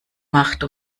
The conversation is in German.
macht